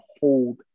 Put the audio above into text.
hold